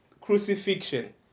crucifixion